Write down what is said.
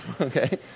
Okay